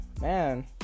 man